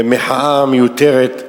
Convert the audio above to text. מחאה מיותרת.